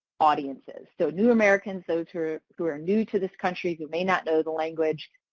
audiences. so new americans, those who who are new to this country who may not know the language.